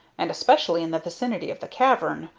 and especially in the vicinity of the cavern,